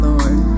Lord